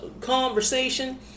conversation